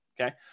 Okay